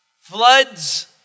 floods